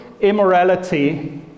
immorality